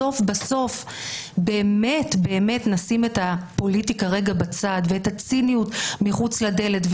בסוף בסוף באמת נשים את הפוליטיקה רגע בצד ואת הציניות מחוץ לדלת,